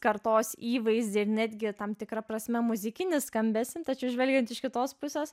kartos įvaizdį ir netgi tam tikra prasme muzikinį skambesį tačiau žvelgiant iš kitos pusės